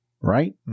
right